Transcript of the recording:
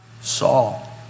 Saul